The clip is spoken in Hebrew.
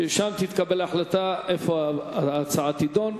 שם תתקבל החלטה איפה ההצעה תידון.